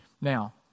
Now